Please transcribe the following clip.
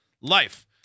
life